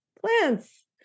plants